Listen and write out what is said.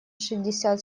шестьдесят